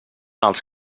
els